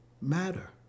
matter